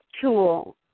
tool